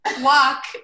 Walk